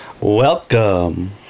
Welcome